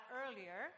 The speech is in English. earlier